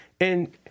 And-